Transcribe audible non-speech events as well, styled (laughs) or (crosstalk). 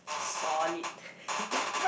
solid (laughs)